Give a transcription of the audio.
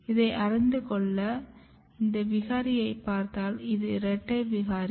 இதை அறிந்துகொள்ள இந்த விகாரிகளைப் பார்த்தால் இது இரட்டை விகாரி